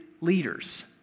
leaders